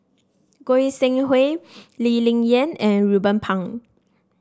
Goi Seng Hui Lee Ling Yen and Ruben Pang